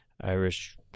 Irish